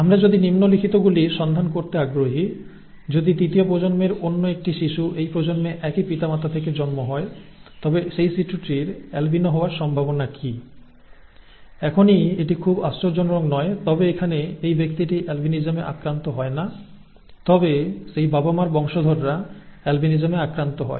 আমরা যদি নিম্নলিখিতগুলি সন্ধান করতে আগ্রহী যদি তৃতীয় প্রজন্মের অন্য একটি শিশু এই প্রজন্মে একই পিতা মাতা থেকে জন্ম হয় তবে সেই শিশুটির অ্যালবিনো হওয়ার সম্ভাবনা কী এখনই এটি খুব আশ্চর্যজনক নয় তবে এখানে এই ব্যক্তিটি অ্যালবিনিজমে আক্রান্ত হয় না তবে সেই বাবা মার বংশধররা আলবিনিজমে আক্রান্ত হয়